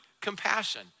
Compassion